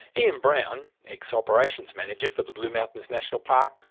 ian brown, ex operations manager for the blue mountains national park,